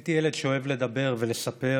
הייתי ילד שאוהב לדבר ולספר,